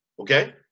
okay